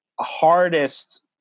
hardest